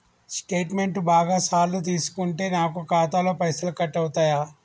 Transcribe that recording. Statement బాగా సార్లు తీసుకుంటే నాకు ఖాతాలో పైసలు కట్ అవుతయా?